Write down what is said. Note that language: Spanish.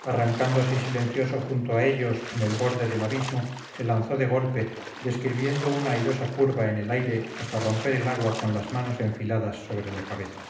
arrancándose silencioso junto a ellos en el borde del abismo se lanzó de golpe describiendo una airosa curva en el aire hasta romper el agua con las manos enfiladas sobre la cabeza